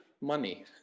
money